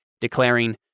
declaring